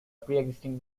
preexisting